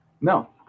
No